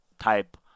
type